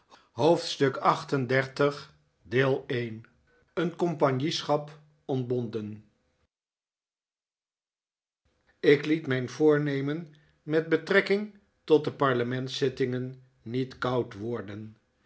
hoofdstuk xxxviii een compagnieschap ontbonden ik liet mijn voornemen met betrekking tot de parlements zittingen niet koud worden